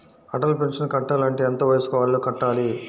Atal pension కట్టాలి అంటే ఎంత వయసు వాళ్ళు కట్టాలి?